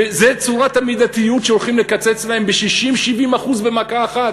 זאת צורת המידתיות שהולכים לקצץ להם ב-60% 70% במכה אחת?